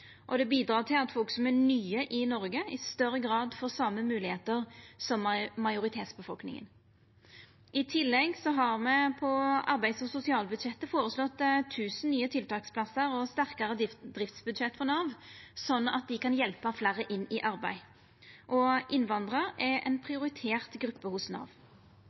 Og det bidreg til at folk som er nye i Noreg, i større grad får same moglegheiter som majoritetsbefolkninga. I tillegg har me på arbeids- og sosialbudsjettet føreslått 1 000 nye tiltaksplassar og sterkare driftsbudsjett for Nav, slik at dei kan hjelpa fleire inn i arbeid. Og innvandrarar er ei prioritert gruppe hos Nav.